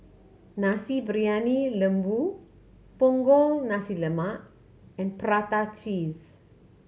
Nasi Briyani Lembu Punggol Nasi Lemak and prata cheese